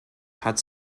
hat